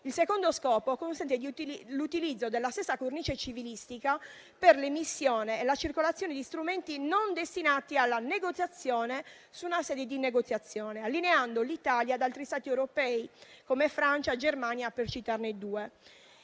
Il secondo scopo consente l'utilizzo della stessa cornice civilistica per l'emissione e la circolazione di strumenti non destinati alla negoziazione su una serie di attività, allineando l'Italia ad altri Stati europei, come Francia e Germania, solo per citarne due.